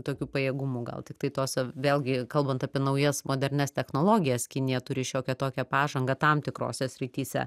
tokių pajėgumų gal tiktai tos vėlgi kalbant apie naujas modernias technologijas kinija turi šiokią tokią pažangą tam tikrose srityse